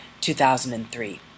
2003